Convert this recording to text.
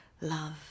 love